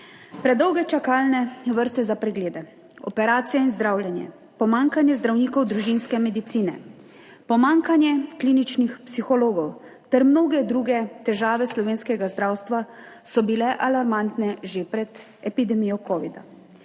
Predolge čakalne vrste za preglede, operacije in zdravljenje, pomanjkanje zdravnikov družinske medicine, pomanjkanje kliničnih psihologov ter mnoge druge težave slovenskega zdravstva so bile alarmantne že pred epidemijo covida.